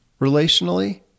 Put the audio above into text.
relationally